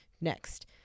Next